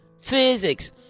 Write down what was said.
physics